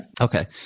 okay